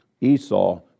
Esau